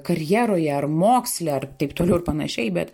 karjeroje ar moksle ar taip toliau ir panašiai bet